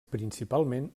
principalment